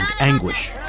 anguish